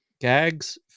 Gags